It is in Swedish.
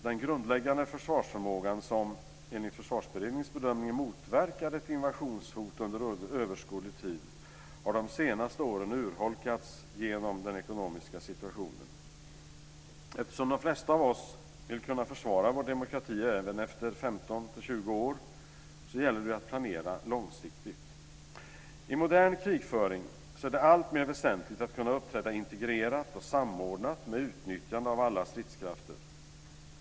Den grundläggande försvarsförmågan som, enligt Försvarsberedningens bedömning, motverkar ett invasionshot under överskådlig tid har under de senaste åren urholkats genom den ekonomiska situationen. Eftersom de flesta av oss vill kunna försvara vår demokrati även efter 15-20 år gäller det att planera långsiktigt. I modern krigföring är det alltmer väsentligt att kunna uppträda integrerat och samordnat med utnyttjande av alla stridskrafter.